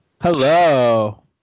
hello